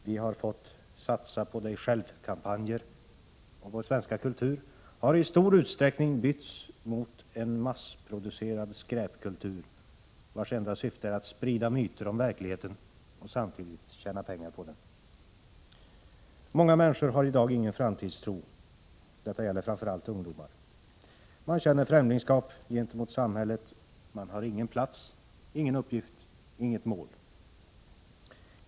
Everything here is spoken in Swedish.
Vi har fått ”satsa på dig själv”-kampanjer, och vår svenska kultur haristor utsträckning bytts ut mot den massproducerade skräpkulturen, vars enda syfte är att sprida myter om verkligheten, samtidigt som det skall gå att tjäna pengar på den. Många människor har i dag ingen framtidstro — detta gäller framför allt ungdomar. Man känner främlingskap gentemot samhället. Man har ingen plats, ingen uppgift, inget mål.